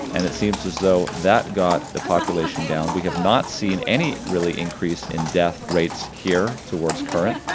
and it seems as though that got the population down, we have not seen any really increase in death rates here towards current,